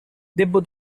debbo